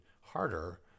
harder